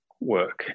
work